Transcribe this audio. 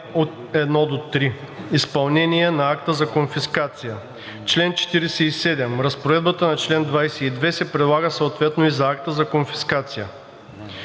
ал. 1 – 3. Изпълнение на акта за конфискация Чл. 47. Разпоредбата на чл. 22 се прилага съответно и за акта за конфискация.